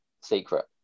Secret